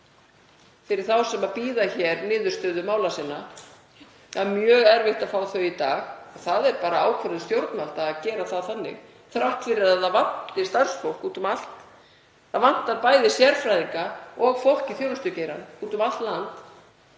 fyrir þá sem bíða niðurstöðu mála sinna. Það er mjög erfitt að fá þau í dag og er það bara ákvörðun stjórnvalda að gera það þannig þrátt fyrir að það vanti starfsfólk úti um allt. Það vantar bæði sérfræðinga og fólk í þjónustugeiranum úti um allt land